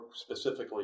specifically